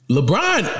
LeBron